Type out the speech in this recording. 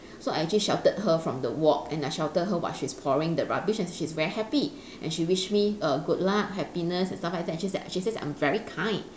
so I actually sheltered her from the walk and I sheltered her while she's pouring the rubbish and she's very happy and she wish me err good luck happiness and stuff like that and she says that she says that I'm very kind